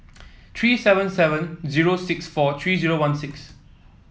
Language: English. three seven seven zero six four three zero one six